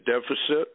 deficit